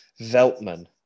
Veltman